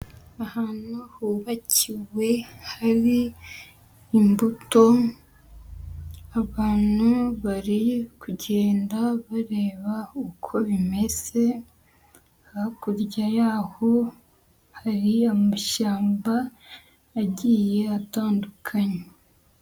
Ahantu hubakiwe hari imbuto, abantu bari kugenda bareba uko bimeze, hakurya yaho hari amashyamba agiye atandukanye.